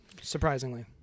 surprisingly